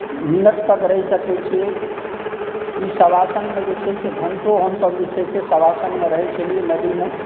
minute तक रहि सकै छी ई सवासनमे जे छै से घण्टो हमसब जे छै से सवासनमे रहै छलिए नदीमे